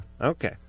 Okay